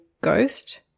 ghost